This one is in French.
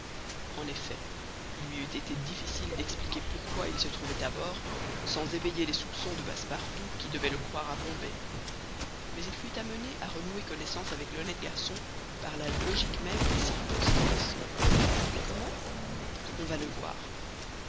en effet il lui eût été difficile d'expliquer pourquoi il se trouvait à bord sans éveiller les soupçons de passepartout qui devait le croire à bombay mais il fut amené à renouer connaissance avec l'honnête garçon par la logique même des circonstances comment on va le voir